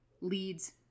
leads